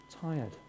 tired